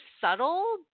subtle